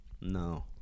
No